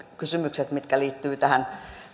kysymykset mitkä liittyvät tähän